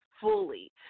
fully